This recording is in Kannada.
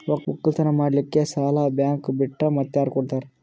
ಒಕ್ಕಲತನ ಮಾಡಲಿಕ್ಕಿ ಸಾಲಾ ಬ್ಯಾಂಕ ಬಿಟ್ಟ ಮಾತ್ಯಾರ ಕೊಡತಾರ?